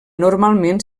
normalment